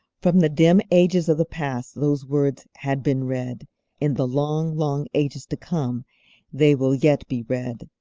from the dim ages of the past those words had been read in the long, long ages to come they will yet be read,